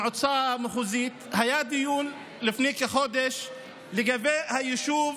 המועצה המחוזית, היה דיון לפני כחודש לגבי היישוב